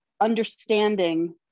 understanding